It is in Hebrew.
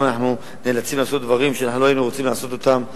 אנחנו נאלצים לעשות דברים שלא היינו רוצים לעשות אותם,